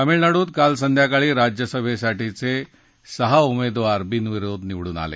तामिळनाडूत काल संध्याकाळी राज्यसभासाठीचे सहा उमेदवार बिनविरोध निवडून आले